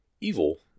evil